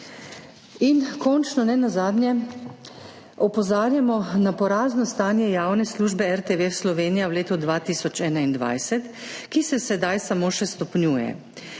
predpisov. Nenazadnje opozarjamo na porazno stanje javne službe RTV Slovenija v letu 2021, ki se sedaj samo še stopnjuje.